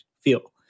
feel